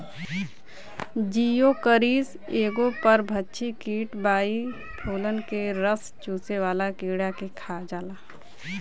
Geocoris एगो परभक्षी कीट बा इ फूलन के रस चुसेवाला कीड़ा के खा जाला